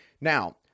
Now